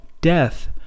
death